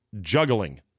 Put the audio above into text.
juggling